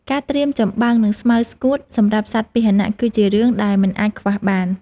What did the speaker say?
ការត្រៀមចំបើង និងស្មៅស្ងួតសម្រាប់សត្វពាហនៈគឺជារឿងដែលមិនអាចខ្វះបាន។